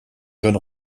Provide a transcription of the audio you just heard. john